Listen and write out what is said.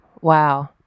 Wow